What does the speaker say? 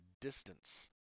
distance